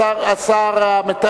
ותבוא במגע עם השר המתאם.